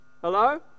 Hello